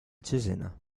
cesena